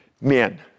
men